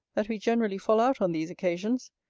that we generally fall out on these occasions.